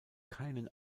keinen